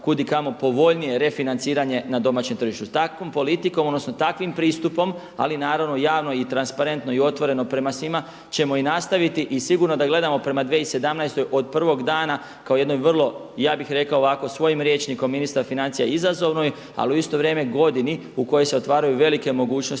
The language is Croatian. kud i kamo povoljnije refinanciranje na domaćem tržištu. Takvom politikom odnosno takvim pristupom, ali naravno javno i transparentno i otvoreno prema svima ćemo i nastaviti i sigurno da gledamo prema 2017. od prvog dana kao jednoj vrlo ja bih rekao ovako svojim rječnikom ministar financija izazovnoj, ali u isto vrijeme godini u kojoj se otvaraju velike mogućnosti